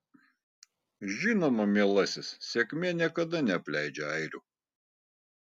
žinoma mielasis sėkmė niekada neapleidžia airių